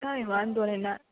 કંઈ વાંધો નહીં ના